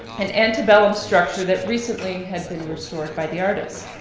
an antebellum structure that recently had been restored by the artist.